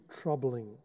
troubling